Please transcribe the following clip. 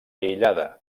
aïllada